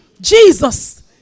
Jesus